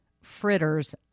fritters